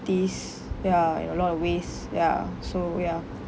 ya in a lot of ways ya so ya